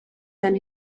than